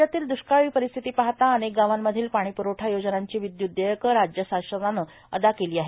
राज्यातील दृष्काळी परिस्थिती पाहता अनेक गावांमधील पाणीप्रवठा योजनांची विदयूत देयके राज्य शासनाने अदा केली आहेत